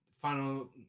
Final